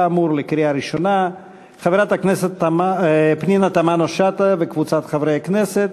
של חברת הכנסת פנינה תמנו-שטה וקבוצת חברי כנסת,